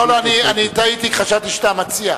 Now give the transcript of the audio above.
לא, אני טעיתי, חשבתי שאתה המציע.